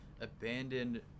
abandoned